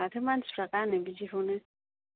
माथो मानसिफ्रा गानो बिदिखौनो